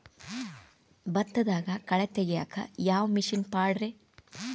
ಭತ್ತದಾಗ ಕಳೆ ತೆಗಿಯಾಕ ಯಾವ ಮಿಷನ್ ಪಾಡ್ರೇ?